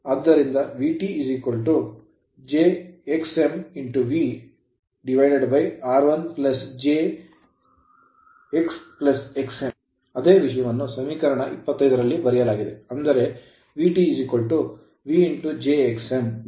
ಆದ್ದರಿಂದ VT jxmv r1 j x1 x m ಅದೇ ವಿಷಯವನ್ನು ಸಮೀಕರಣ 25 ರಲ್ಲಿ ಬರೆಯಲಾಗಿದೆ ಅಂದರೆ VT v jxmr1 jx1x m